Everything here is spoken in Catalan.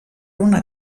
una